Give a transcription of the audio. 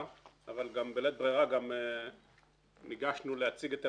אבל גם בלית ברירה ניגשנו להציג את עמדתנו.